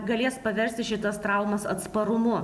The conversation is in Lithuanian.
galės paversti šitas traumas atsparumu